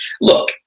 look